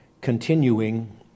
continuing